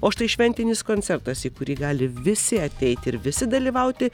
o štai šventinis koncertas į kurį gali visi ateiti ir visi dalyvauti